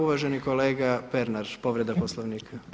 Uvaženi kolega Pernar povreda Poslovnika.